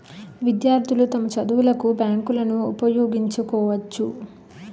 విద్యార్థులు తమ చదువులకు బ్యాంకులను ఉపయోగించుకోవచ్చు